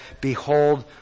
Behold